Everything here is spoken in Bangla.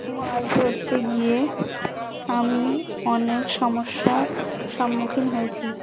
মাছ ধরতে গিয়ে আমি অনেক সমস্যার সম্মুখীন হয়েছি